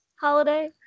holiday